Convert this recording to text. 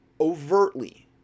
overtly